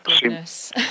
goodness